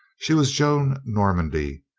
she was joan normandy.